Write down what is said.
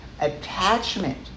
attachment